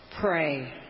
Pray